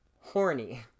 horny